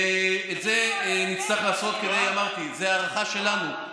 ואת זה נצטרך לעשות, אמרתי, זו ההערכה שלנו,